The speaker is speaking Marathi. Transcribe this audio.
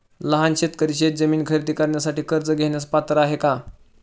लहान शेतकरी शेतजमीन खरेदी करण्यासाठी कर्ज घेण्यास पात्र आहेत का?